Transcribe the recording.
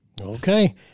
Okay